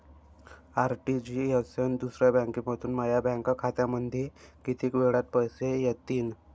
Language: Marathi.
आर.टी.जी.एस न दुसऱ्या बँकेमंधून माया बँक खात्यामंधी कितीक वेळातं पैसे येतीनं?